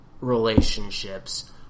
relationships